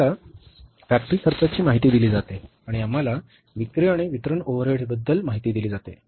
आम्हाला फॅक्टरी खर्चाची माहिती दिली जाते आणि आम्हाला विक्री आणि वितरण ओव्हरहेड्सबद्दल माहिती दिली जाते